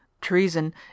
treason